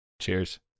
Cheers